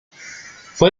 fue